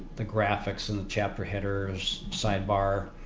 the graphics in the chapter headers, sidebar,